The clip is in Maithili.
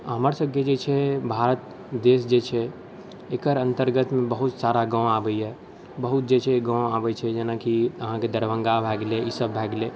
हमर सबके जे छै भारत देश जे छै एकर अन्तर्गतमे बहुत सारा गाँव आबैए बहुत जे छै गाँव आबै छै जेनाकि अहाँके दरभङ्गा भऽ गेलै ईसब भऽ गेलै